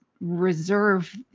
reserve